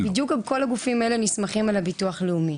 אז בדיוק כל הגופים האלה נסמכים על הביטוח הלאומי,